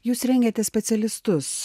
jūs rengiate specialistus